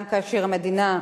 גם כאשר המדינה,